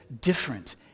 different